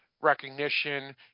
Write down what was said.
recognition